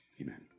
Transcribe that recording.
Amen